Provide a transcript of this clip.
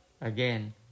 again